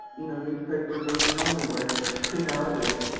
you know, newspapers aren't the only way, especially nowadays,